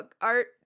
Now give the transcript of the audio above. Art